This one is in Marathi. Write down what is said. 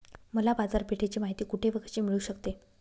मला बाजारपेठेची माहिती कुठे व कशी मिळू शकते?